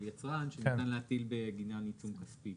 יצרן שניתן להטיל בגינן עיצום כספי.